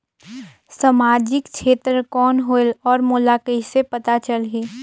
समाजिक क्षेत्र कौन होएल? और मोला कइसे पता चलही?